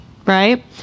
right